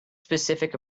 specific